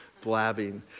blabbing